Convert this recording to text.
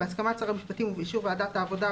בהסכמת שר המשפטים ובאישור ועדת העבודה,